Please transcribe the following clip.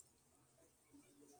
מוסקבה